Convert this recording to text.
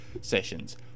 sessions